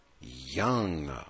young